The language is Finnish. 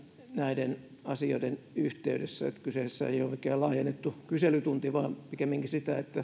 näiden asioiden yhteydessä kyseessähän ei ole mikään laajennettu kyselytunti vaan pikemminkin